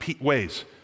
ways